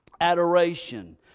Adoration